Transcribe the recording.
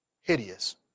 hideous